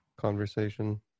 conversation